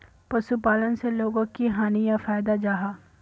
पशुपालन से लोगोक की हानि या फायदा जाहा?